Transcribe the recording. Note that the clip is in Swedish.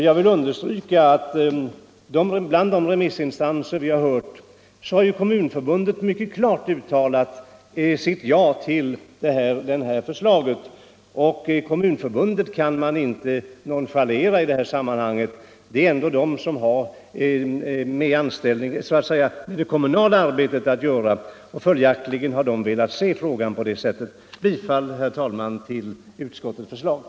Jag vill understryka att bland de remissinstanser vi hört har Kommunförbundet mycket klart uttalat sitt ja till förslaget — och Kommunförbundet kan man inte nonchalera i det här sammanhanget, eftersom det ju ändå är det förbundet som har med det kommunala arbetet att göra — och följaktligen har det förbundet velat se frågan löst på det sättet.